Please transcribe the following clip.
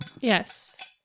Yes